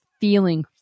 feeling